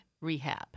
rehab